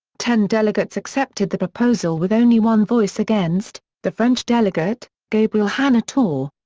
ten delegates accepted the proposal with only one voice against, the french delegate, gabriel hanotaux.